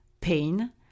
pain